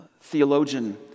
theologian